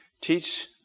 teach